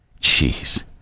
Jeez